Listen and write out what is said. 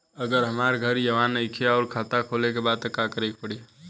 अगर हमार घर इहवा नईखे आउर खाता खोले के बा त का करे के पड़ी?